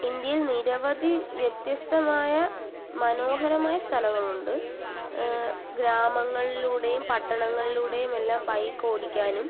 ഇന്ത്യയിൽ നിരവധി വ്യത്യസ്തമായ മനോഹരമായ സ്ഥലങ്ങളുണ്ട് ഗ്രാമങ്ങളിലൂടെയും പട്ടണങ്ങളിലൂടെയും എല്ലാം ബൈക്ക് ഓടിക്കാനും